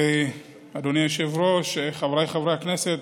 אדוני היושב-ראש, חבריי חברי הכנסת,